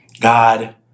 God